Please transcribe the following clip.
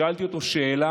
שאלתי אותו שאלה,